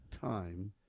time